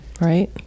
right